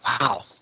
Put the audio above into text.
Wow